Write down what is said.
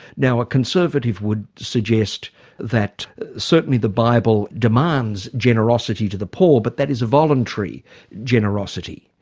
now a conservative would suggest that certainly the bible demands generosity to the poor but that is a voluntary generosity.